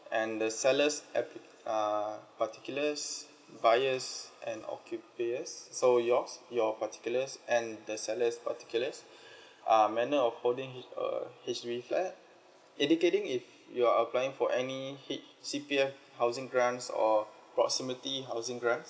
and the seller's appli~ uh particulars buyers and occupiers so yours your particulars and the seller's particulars uh may I know of folding uh H_D_B flat indicating if you're applying for any hit C_P_R housing grants or proximately housing grant